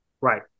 right